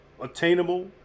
attainable